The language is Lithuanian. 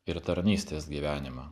ir tarnystės gyvenimą